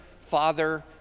father